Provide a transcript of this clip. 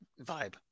vibe